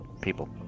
people